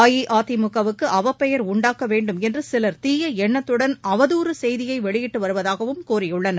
அஇஅதிமுகவுக்கு அவப்பெயர் உண்டாக்க வேண்டுமென்று சிலர் தீய எண்ணத்துடன் அவதுாறு செய்தியை வெளியிட்டு வருவதாகவும் கூறியுள்ளனர்